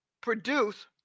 produce